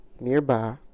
nearby